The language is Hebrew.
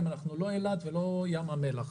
אנחנו לא אילת ולא ים המלח.